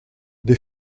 des